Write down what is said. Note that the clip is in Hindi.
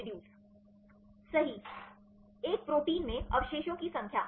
सही एक प्रोटीन में अवशेषों की संख्या